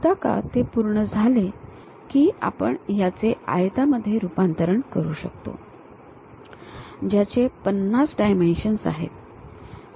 एकदा ते पूर्ण झाले की आपण याचे आयतामध्ये रूपांतरण करू शकतो ज्याचे 50 डायमेन्शन्स आहेत